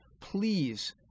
please